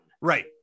Right